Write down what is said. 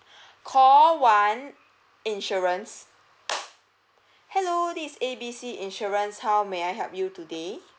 call one insurance hello this is A B C insurance how may I help you today